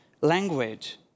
language